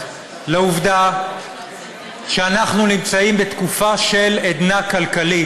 לעובדה שאנחנו נמצאים בתקופה של עדנה כלכלית,